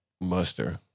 Muster